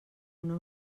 una